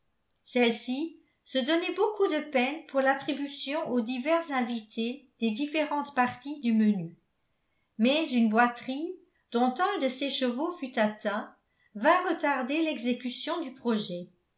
celle-ci se donnait beaucoup de peine pour l'attribution aux divers invités des différentes parties du menu mais une boîterie dont un de ses chevaux fut atteint vint retarder l'exécution du projet